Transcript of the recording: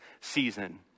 season